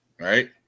right